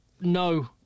no